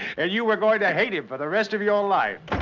and you were going to hate him for the rest of your life.